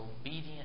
obedient